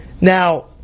Now